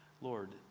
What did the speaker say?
Lord